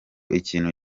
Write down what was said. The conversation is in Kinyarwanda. ikintu